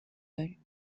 داریم